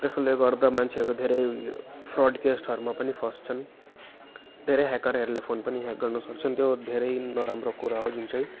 त्यसले गर्दा मान्छेहरू धेरै उयो फ्रड केसहरूमा पनि फस्छन् धेरै ह्याकरहरूले फोन पनि ह्याक गर्न सक्छन् त्यो धेरै नराम्रो कुरा हो जुन चाहिँ